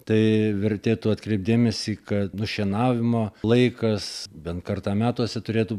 tai vertėtų atkreipt dėmesį kad nušienavimo laikas bent kartą metuose turėtų